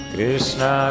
Krishna